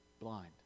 blind